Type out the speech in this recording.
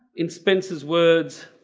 in spencer's words,